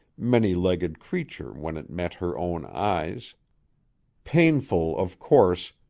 many-legged creature when it met her own eyes painful, of course,